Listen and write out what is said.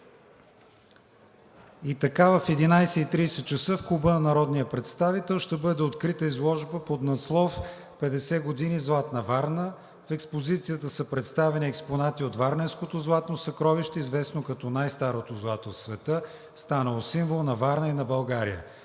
И така, в 11,30 ч. в Клуба на народния представител ще бъде открита изложба под надслов „50 години Златна Варна“. В експозицията са представени експонати от Варненското златно съкровище, известно като най-старото злато в света, станало символ на Варна и на България.